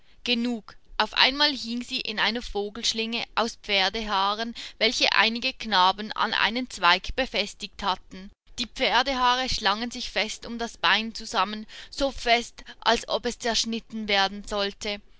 genug auf einmal hing sie in einer vogelschlinge aus pferdehaaren welche einige knaben an einen zweig befestigt hatten die pferdehaare schlangen sich fest um das bein zusammen so fest als ob es zerschnitten werden sollte